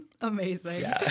amazing